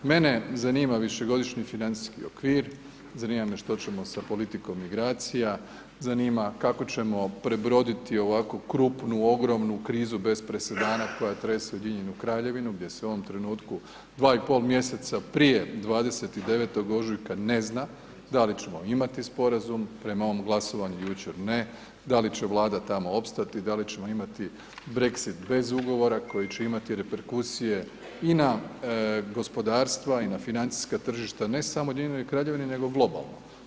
Mene zanima višegodišnji financijski okvir, zanima me što ćemo sa politikom migracija, zanima kako ćemo prebroditi ovako krupnu, ogromnu krizu bez presedana koja trese Ujedinjenu Kraljevinu gdje se u ovom trenutku dva i pol mjeseca prije 29. ožujka ne zna da li ćemo imati sporazum, prema ovom glasovanju jučer, ne, da li će vlada tamo opstati, da li ćemo imati Brexit bez ugovora koji će imati reperkusije i na gospodarstva i na financijska tržišta, ne samo u Ujedinjenoj Kraljevini nego i globalno.